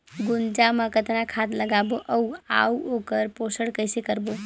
गुनजा मा कतना खाद लगाबो अउ आऊ ओकर पोषण कइसे करबो?